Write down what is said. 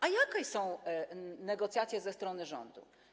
A jakie są negocjacje ze strony rządu?